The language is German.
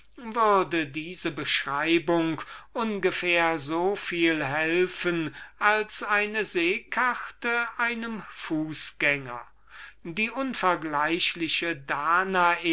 würde diese beschreibung ohngefähr so viel helfen als eine seekarte einem fußgänger die unvergleichliche danae